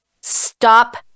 stop